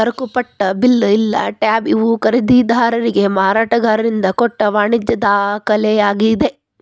ಸರಕುಪಟ್ಟ bill ಇಲ್ಲಾ tab ಇವು ಖರೇದಿದಾರಿಗೆ ಮಾರಾಟಗಾರರಿಂದ ಕೊಟ್ಟ ವಾಣಿಜ್ಯ ದಾಖಲೆಯಾಗಿದೆ